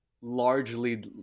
largely